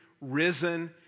risen